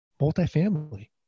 multifamily